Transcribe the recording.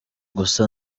gusa